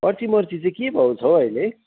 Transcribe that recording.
कर्चिमर्ची चाहिँ के भाउ छ हौ अहिले